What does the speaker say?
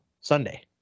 Sunday